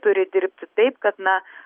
turi dirbti taip kad na